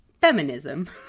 feminism